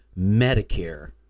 Medicare